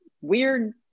weird